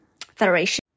federation